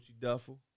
duffel